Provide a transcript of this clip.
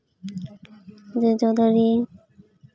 ᱡᱚᱡᱚ ᱫᱟᱨᱮ